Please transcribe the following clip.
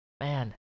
man